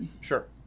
Sure